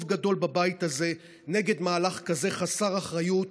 גדול בבית הזה נגד מהלך כזה חסר אחריות.